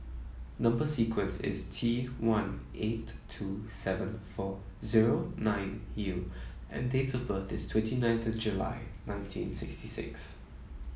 number sequence is T one eight two seven four zero nine U and date of birth is twenty nine of July nineteen sixty six